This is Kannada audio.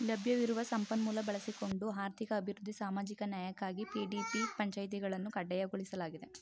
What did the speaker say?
ಲಭ್ಯವಿರುವ ಸಂಪನ್ಮೂಲ ಬಳಸಿಕೊಂಡು ಆರ್ಥಿಕ ಅಭಿವೃದ್ಧಿ ಸಾಮಾಜಿಕ ನ್ಯಾಯಕ್ಕಾಗಿ ಪಿ.ಡಿ.ಪಿ ಪಂಚಾಯಿತಿಗಳನ್ನು ಕಡ್ಡಾಯಗೊಳಿಸಲಾಗಿದೆ